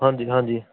ਹਾਂਜੀ ਹਾਂਜੀ